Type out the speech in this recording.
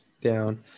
down